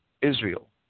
Israel